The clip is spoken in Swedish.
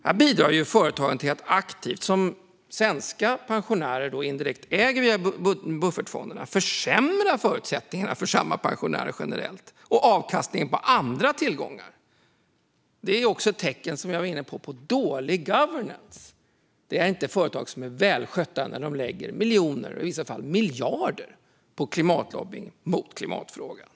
Här bidrar företagen, som svenska pensionärer indirekt äger via buffertfonderna, till att aktivt försämra förutsättningarna för samma pensionärer generellt och avkastningen på andra tillgångar. Det är också ett tecken på dålig governance, som jag var inne på. Företag är inte välskötta när de lägger miljoner och i vissa fall miljarder på klimatlobbying mot klimatfrågan.